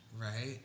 right